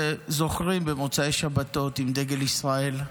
וזוכרים במוצאי שבתות, עם דגל ישראל,